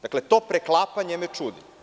Dakle, to preklapanje me čudi.